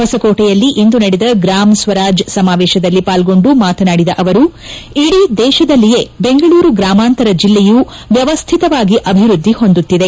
ಹೊಸಕೋಟೆಯಲ್ಲಿಂದು ನಡೆದ ಗ್ರಾಮ ಸ್ವರಾಜ್ಯ ಸಮಾವೇಶದಲ್ಲಿ ಪಾಲ್ಗೊಂಡು ಮಾತನಾಡಿದ ಅವರು ಇಡೀ ದೇಶದಲ್ಲಿಯೇ ಬೆಂಗಳೂರು ಗ್ರಾಮಾಂತರ ಜಿಲ್ಲೆಯು ವ್ಯವ್ಯತವಾಗಿ ಅಭಿವೃದ್ಧಿ ಹೊಂದುತ್ತಿದೆ